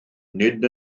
nid